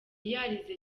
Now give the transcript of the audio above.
yarize